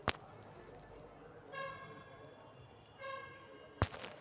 भोगोलिक कारण से माटी कए तरह के होई छई